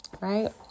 Right